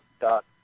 dot